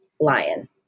Lion